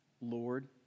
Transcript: Lord